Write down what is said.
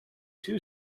too